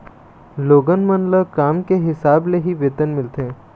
लोगन मन ल काम के हिसाब ले ही वेतन मिलथे